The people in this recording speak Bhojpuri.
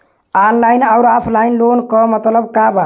ऑनलाइन अउर ऑफलाइन लोन क मतलब का बा?